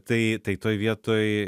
tai tai toj vietoj